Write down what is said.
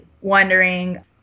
wondering